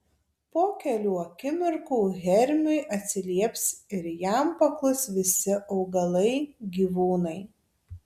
po kelių akimirkų hermiui atsilieps ir jam paklus visi augalai gyvūnai